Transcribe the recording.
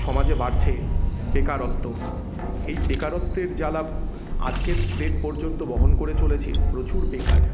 সমাজে বাড়ছে বেকারত্ব এই বেকারত্বের জ্বালা আজকের ডেট পর্যন্ত বহন করে চলেছে প্রচুর বেকার